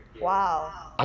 Wow